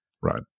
Right